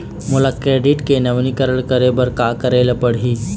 मोला क्रेडिट के नवीनीकरण करे बर का करे ले पड़ही?